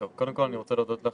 קודם כל אני רוצה להודות לך,